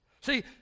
See